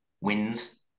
wins